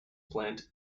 plant